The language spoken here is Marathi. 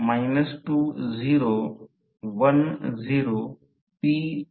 म्हणून जर K NN1 N2 असेल तर ते R2 R1K 2 I2 2 असेल